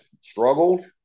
struggled